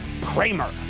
Kramer